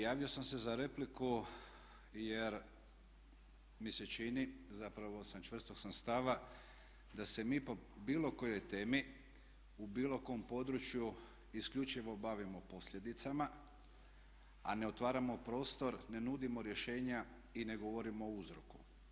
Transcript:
Javio sam se za repliku, jer mi se čini, zapravo čvrstog sam stava, da se mi po bilo kojoj temi u bilo kom području isključivo bavimo posljedicama, a ne otvaramo prostor, ne nudimo rješenja i ne govorimo o uzroku.